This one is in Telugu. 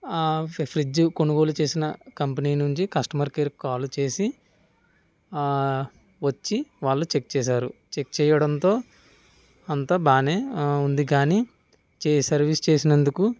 ఆ ఫ్రిడ్జ్ కొనుగోలు చేసిన కంపెనీ నుంచి కస్టమర్ కేర్కు కాల్ చేసి ఆ వచ్చి వాళ్ళు చెక్ చేశారు చెక్ చేయడంతో అంతా బాగానే ఉంది కానీ సర్వీస్ చేసినందుకు